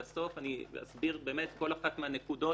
בסוף, אני אסביר כל אחת מהנקודות.